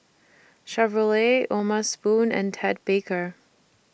Chevrolet O'ma Spoon and Ted Baker